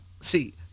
See